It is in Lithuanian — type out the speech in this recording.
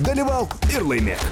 dalyvauk ir laimėk